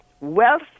wealth